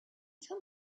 tell